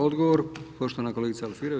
Odgovor, poštovana kolegica Alfierev.